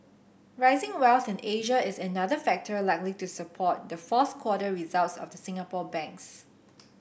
rising wealth in Asia is another factor likely to support the fourth quarter results of Singapore banks